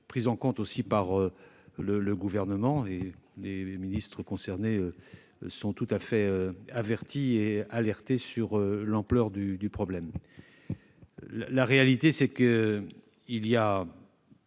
prise en compte par le Gouvernement, et les ministres concernés sont tout à fait avertis et alertés de l'ampleur du problème. En réalité, on comptabilise